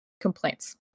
complaints